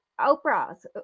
Oprah's